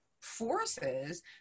forces